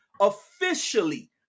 officially